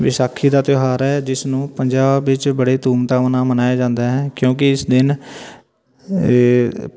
ਵਿਸਾਖੀ ਦਾ ਤਿਉਹਾਰ ਹੈ ਜਿਸ ਨੂੰ ਪੰਜਾਬ ਵਿੱਚ ਬੜੇ ਧੂਮਧਾਮ ਨਾਲ ਮਨਾਇਆ ਜਾਂਦਾ ਹੈ ਕਿਉਂਕਿ ਇਸ ਦਿਨ